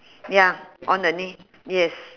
ya on the knee yes